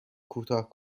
کوتاه